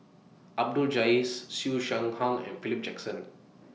Ahmad Jais Siew Shaw Hang and Philip Jackson